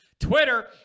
Twitter